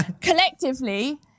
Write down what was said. collectively